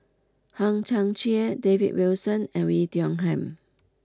Hang Chang Chieh David Wilson and Oei Tiong Ham